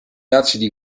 acidi